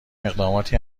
اقداماتی